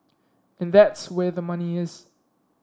and that's where the money is